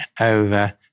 over